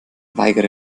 weigere